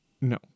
No